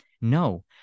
No